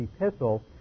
epistle